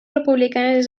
republicanes